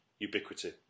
Ubiquity